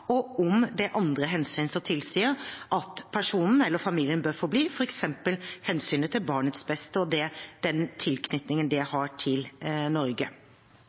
og om det er andre hensyn som tilsier at personen eller familien bør få bli, f.eks. hensynet til barnets beste og den tilknytningen barnet har til Norge.